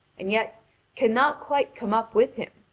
and yet cannot quite come up with him,